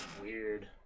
weird